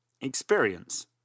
experience